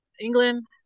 England